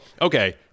okay